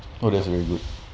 oh that's very good